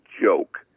joke